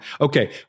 Okay